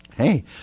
hey